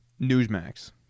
Newsmax